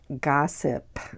Gossip